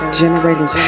generating